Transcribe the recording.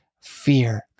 fear